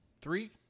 Three